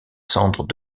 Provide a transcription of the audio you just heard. cendres